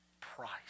price